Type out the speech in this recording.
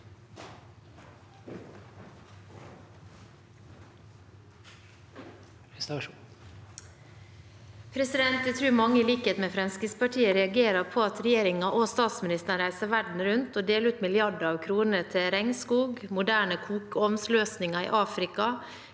Jeg tror mange, i lik- het med Fremskrittspartiet, reagerer på at regjeringen og statsministeren reiser verden rundt og deler ut milliarder av kroner til regnskog, moderne kokeovnsløsninger i Afrika,